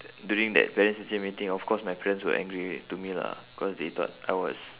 during that parents teacher meeting of course my parents were angry to me lah cause they thought I was